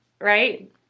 right